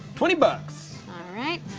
twenty bucks! alright.